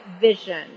vision